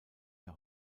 der